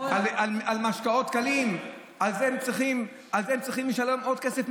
על משקאות קלים, על זה הם צריכים לשלם עוד כסף.